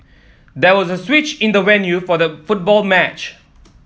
there was a switch in the venue for the football match